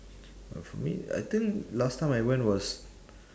uh for me I think last time I went was